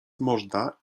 można